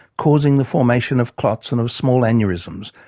causing the formation of clots and of small aneurysms,